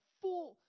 full